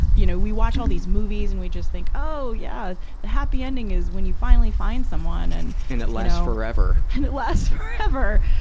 you know, we watch all these movies and we just think, oh, yeah. the happy ending is when you finally find someone, and paul and it lasts forever. and it lasts forever!